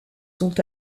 sont